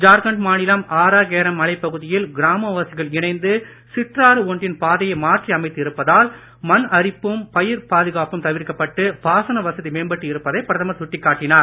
ஜார்கண்ட் மாநிலம் ஆரா கேரம் மலைப்பகுதியில் கிராமவாசிகள் இணைந்து சிற்றாறு ஒன்றின் பாதையை மாற்றி அமைத்து இருப்பதால் மண் அரிப்பும் பயிர் பாதிப்பும் தவிர்க்கப்பட்டு பாசன வசதி மேம்பட்டு இருப்பதை பிரதமர் சுட்டிக்காட்டினார்